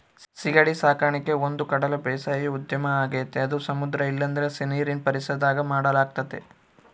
ಸೀಗಡಿ ಸಾಕಣಿಕೆ ಒಂದುಕಡಲ ಬೇಸಾಯ ಉದ್ಯಮ ಆಗೆತೆ ಅದು ಸಮುದ್ರ ಇಲ್ಲಂದ್ರ ಸೀನೀರಿನ್ ಪರಿಸರದಾಗ ಮಾಡಲಾಗ್ತತೆ